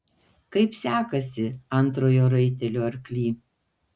kaip sekasi antrojo raitelio arkly